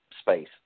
space